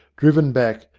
driven back,